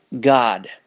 God